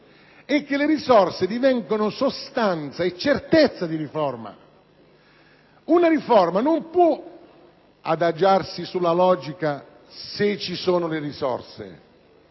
eche le risorse diventano sostanza e certezza di riforma. Una riforma non puo adagiarsi sulla logica del «se ci sono le risorse»,